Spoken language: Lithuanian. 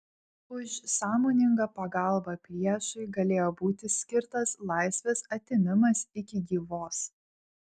už sąmoningą pagalbą priešui galėjo būti skirtas laisvės atėmimas iki gyvos